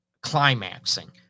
climaxing